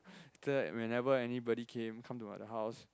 after that whenever anybody came come to my house